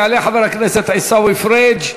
יעלה חבר הכנסת עיסאווי פריג',